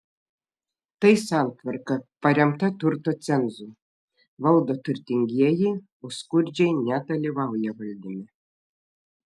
tai santvarka paremta turto cenzu valdo turtingieji o skurdžiai nedalyvauja valdyme